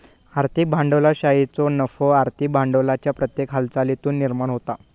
आर्थिक भांडवलशाहीचो नफो आर्थिक भांडवलाच्या प्रत्येक हालचालीतुन निर्माण होता